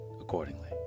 accordingly